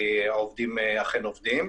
העובדים אכן עובדים,